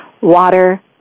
water